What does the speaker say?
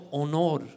honor